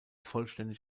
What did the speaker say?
vollständig